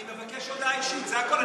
אני מבקש הודעה אישית, זה הכול.